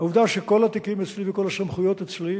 העובדה שכל התיקים אצלי וכל הסמכויות אצלי,